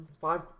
five